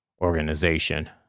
organization